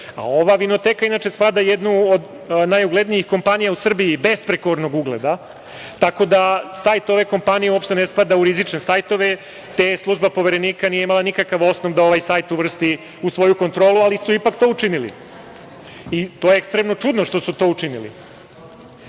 Ova vinoteka inače spada u jednu od najuglednijih kompanija u Srbiji, besprekornog ugleda, tako da sajt ove kompanije uopšte ne spada u rizične sajtove, te služba Poverenika nije imala nikakav osnov da ovaj sajt uvrsti u svoju kontrolu, ali su ipak to učinili i to je ekstremno čudno što su to